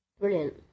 Brilliant